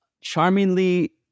charmingly